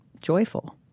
joyful